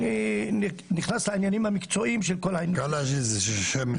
אני נכנס לעניינים המקצועיים של כל --- קלעג'י זה שם,